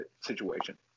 situation